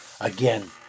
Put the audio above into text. Again